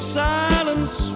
silence